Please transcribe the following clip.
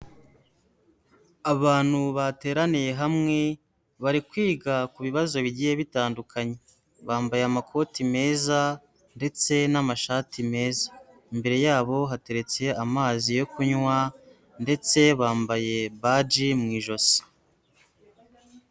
Abantu bateraniye hamwe bari kwiga ku bibazo bigiye bitandukanye, bambaye amakoti meza ndetse n'amashati meza, imbere yabo hateretse amazi yo kunywa ndetse bambaye baji mu ijosi.